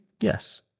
Yes